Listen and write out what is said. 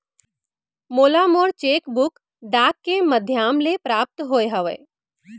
मोला मोर cheque book डाक के मध्याम ले प्राप्त होय हवे